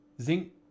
Zinc